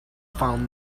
found